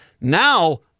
Now